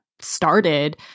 started